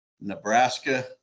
Nebraska